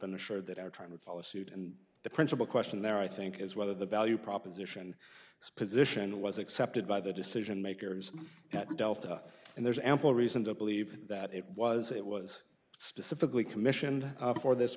been assured that are trying to follow suit and the principle question there i think is whether the value proposition position was accepted by the decision makers at delta and there's ample reason to believe that it was it was specifically commissioned for this